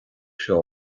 seo